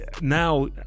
now